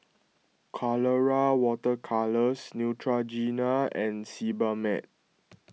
Colora Water Colours Neutrogena and Sebamed